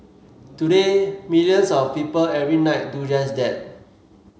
today millions of people every night do just that